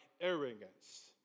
arrogance